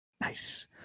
nice